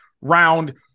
round